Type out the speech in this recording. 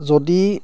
যদি